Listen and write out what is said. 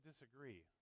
disagree